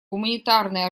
гуманитарные